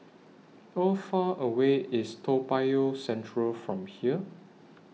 How Far away IS Toa Payoh Central from here